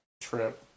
trip